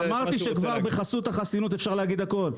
אמרתי שכבר בחסות החסינות אפשר להגיד הכול.